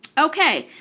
okay,